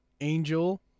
angel